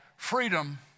freedom